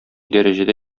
дәрәҗәдә